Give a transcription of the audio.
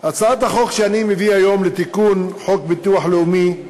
הצעת החוק שאני מביא היום לתיקון חוק הביטוח הלאומי,